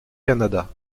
canada